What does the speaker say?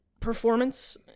performance